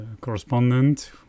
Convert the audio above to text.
correspondent